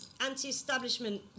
Anti-establishment